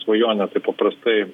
svajonė taip paprastai